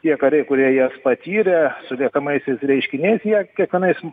tie kariai kurie jas patyrė su liekamaisiais reiškiniais jie kiekvienais